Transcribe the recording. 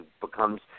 becomes